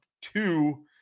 Two